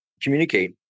communicate